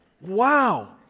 wow